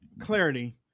clarity